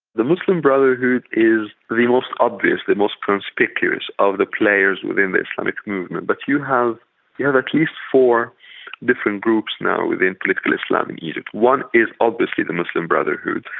the muslim brotherhood is the most obvious, the most conspicuous of the players within the islamic movement, but you have you have at least four different groups now within political islam in egypt. one is obviously the muslim brotherhood.